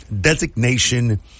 designation